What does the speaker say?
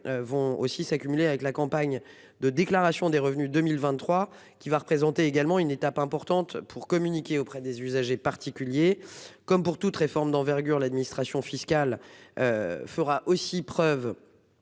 vont aussi s'accumuler avec la campagne de déclaration des revenus 2023. Qui va représenter également une étape importante pour communiquer auprès des usagers particuliers, comme pour toute réforme d'envergure, l'administration fiscale. Fera aussi preuve.